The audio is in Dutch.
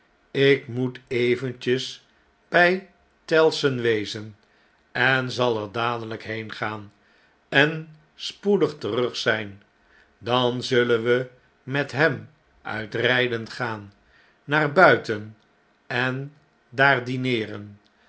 ik moet eventjes by tellson wezen en zal er dadelijk heengaan en spoedig terugzh'n dan zullen we met nem uit rgden gaan naar buiten en daar dineeren